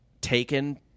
taken